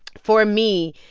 for me,